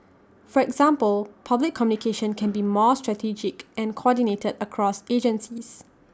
for example public communication can be more strategic and coordinated across agencies